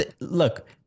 look